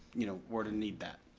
you know, were to need that.